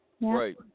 Right